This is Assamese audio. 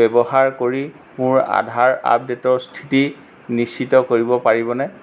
ব্যৱহাৰ কৰি মোৰ আধাৰ আপডেটৰ স্থিতি নিশ্চিত কৰিব পাৰিবনে